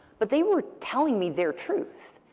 but they were telling me their truth.